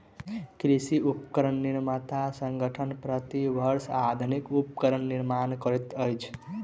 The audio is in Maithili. कृषि उपकरण निर्माता संगठन, प्रति वर्ष आधुनिक उपकरणक निर्माण करैत अछि